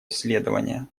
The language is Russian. исследования